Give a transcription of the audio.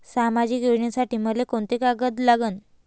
सामाजिक योजनेसाठी मले कोंते कागद लागन?